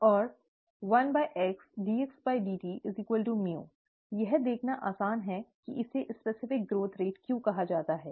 और 1 x dxdt µ यह देखना आसान है कि इसे विशिष्ट विकास दर क्यों कहा जाता है